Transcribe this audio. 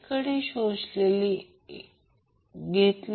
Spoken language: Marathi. कारण XL XC r ही एक अट आहे ही दुसरी अट आहे